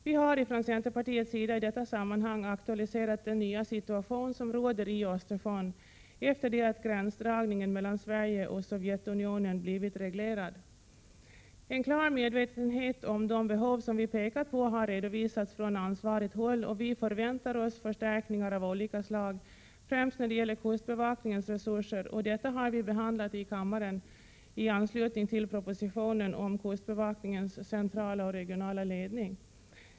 Vi har ifrån centerpartiets sida i detta sammanhang aktualiserat den nya situation som råder i Östersjön efter det att gränsdragningen mellan Sverige och Sovjetunionen blivit reglerad. En klar medvetenhet om de behov som vi pekat på har redovisats från ansvarigt håll, och vi förväntar oss förstärkningar av olika slag främst när det gäller kustbevakningens resurser. Detta har behandlats i kammaren i anslutning till propositionen om kustbevakningens centrala och regionala ledning.